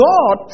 God